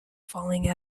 falling